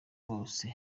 bose